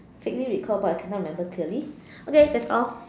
vaguely recall but I cannot remember clearly okay that's all